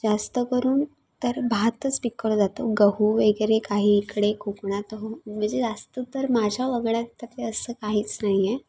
जास्त करून तर भातच पिकवला जातो गहू वगैरे काही इकडे कोकणात हो म्हणजे जास्त तर माझ्या बघण्यात तरी असं काहीच नाही आहे